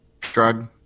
drug